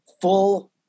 full